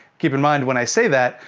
keep in mind when i say that,